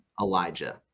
Elijah